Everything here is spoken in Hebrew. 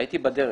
הייתי בדרך.